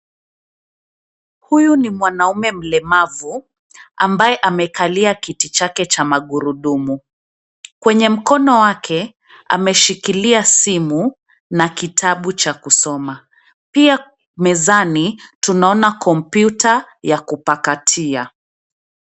Huyu ni mwanaume mlemavu, ambaye amekalia kiti chake cha magurudumu. Kwenye mkono wake ameshikilia simu na kitabu cha kusoma. Pia mezani, tunaona kompyuta ya kupakatia.